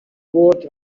برد